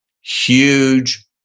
Huge